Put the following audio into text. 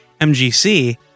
MGC